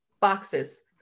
boxes